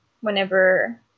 whenever